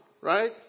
Right